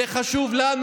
זה חשוב לנו